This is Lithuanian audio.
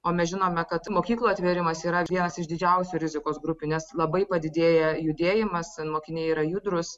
o mes žinome kad mokyklų atvėrimas yra vienas iš didžiausių rizikos grupių nes labai padidėja judėjimas mokiniai yra judrus